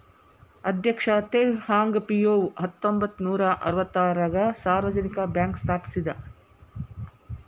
ಅಧ್ಯಕ್ಷ Teh Hong Piow ಹತ್ತೊಂಬತ್ ನೂರಾ ಅರವತ್ತಾರಗ ಸಾರ್ವಜನಿಕ ಬ್ಯಾಂಕ್ ಸ್ಥಾಪಿಸಿದ